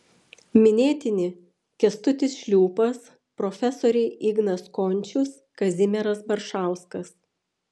minėtini kęstutis šliūpas profesoriai ignas končius kazimieras baršauskas